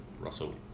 Russell